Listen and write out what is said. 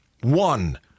One